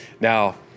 Now